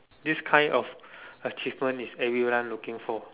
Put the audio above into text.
this kind of achievement is everyone looking for